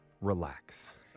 relax